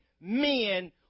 men